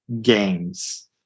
games